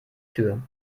tür